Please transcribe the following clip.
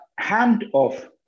handoff